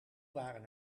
waren